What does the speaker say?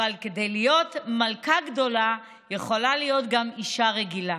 אבל כדי להיות מלכה גדולה יכולה להיות גם אישה רגילה.